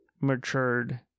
matured